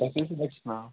تۄہہِ کیٛاہ چھُو بَچَس ناو